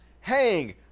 hang